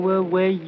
away